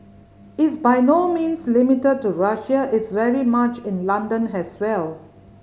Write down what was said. it's by no means limited to Russia it's very much in London has well